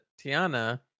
Tiana